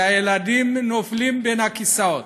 שהילדים נופלים בין הכיסאות.